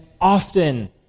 often